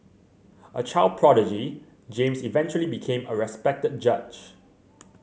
a child prodigy James eventually became a respected judge